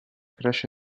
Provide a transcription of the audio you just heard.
cresce